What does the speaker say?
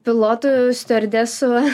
pilotu stiuardesu